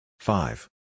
Five